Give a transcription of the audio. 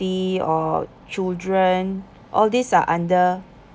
or children all these are under